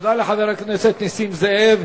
תודה לחבר הכנסת נסים זאב.